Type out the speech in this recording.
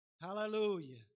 Hallelujah